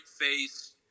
face